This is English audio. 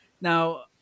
Now